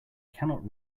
cannot